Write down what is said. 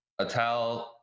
Atal